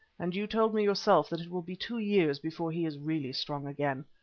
and you told me yourself that it will be two years before he is really strong again.